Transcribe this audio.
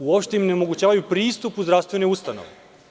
Uopšte im ne omogućava pristup u zdravstvene ustanove.